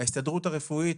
ההסתדרות הרפואית,